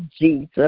Jesus